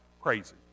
Crazy